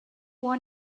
won